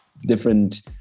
different